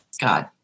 God